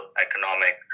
economic